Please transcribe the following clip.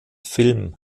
film